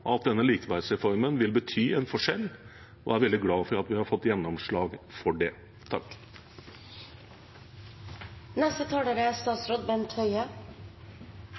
at denne likeverdsreformen vil bety en forskjell, og er veldig glad for at vi har fått gjennomslag for det. Utgangspunktet vårt er